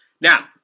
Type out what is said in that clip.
Now